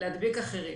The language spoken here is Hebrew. להדביק אחרים.